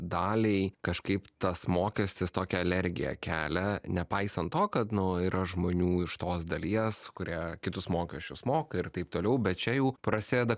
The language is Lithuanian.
daliai kažkaip tas mokestis tokią alergiją kelia nepaisant to kad nu yra žmonių iš tos dalies kurie kitus mokesčius moka ir taip toliau bet čia jau prasideda